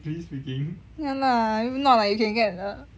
ya lah if not you can get a